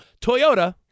Toyota